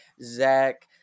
Zach